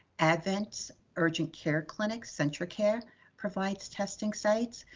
advent urgent care clinics. centracare provides testing sites.